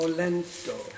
lento